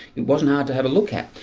it wasn't hard to have a look at.